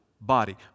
body